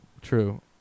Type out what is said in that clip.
True